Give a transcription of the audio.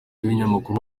y’ikinyamakuru